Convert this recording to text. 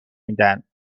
میدن